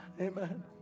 Amen